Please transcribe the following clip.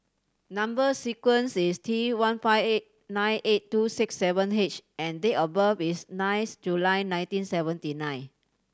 number sequence is T one five eight nine eight two six seven H and date of birth is ninth July nineteen seventy nine